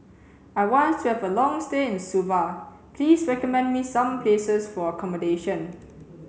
I want to have a long stay in Suva Please recommend me some places for accommodation